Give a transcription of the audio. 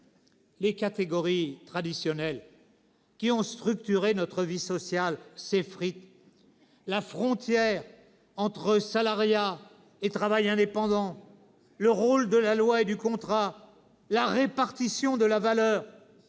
Les catégories traditionnelles qui ont structuré notre vie sociale s'effritent : la frontière entre salariat et travail indépendant, le rôle de la loi et du contrat, la répartition de la valeur.